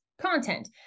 content